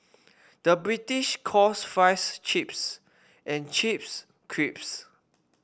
the British calls fries chips and chips crisps